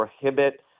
prohibit